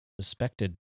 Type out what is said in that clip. suspected